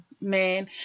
man